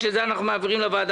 צריך גם להיות אור לגויים,